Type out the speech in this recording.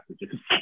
messages